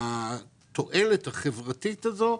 ומניעת אלימות וגזענות,